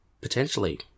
potentially